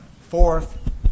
fourth